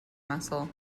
muscle